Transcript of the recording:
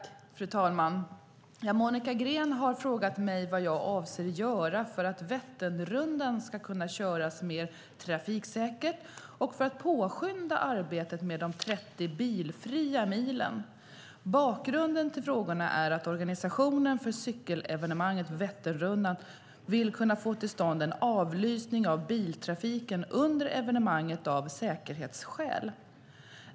Fru talman! Monica Green har frågat mig vad jag avser att göra för att Vätternrundan ska kunna köras mer trafiksäkert och för att påskynda arbetet med de 30 bilfria milen. Bakgrunden till frågorna är att organisationen för cykelevenemanget Vätternrundan vill kunna få till stånd en avlysning av biltrafiken under evenemanget av säkerhetsskäl.